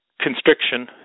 constriction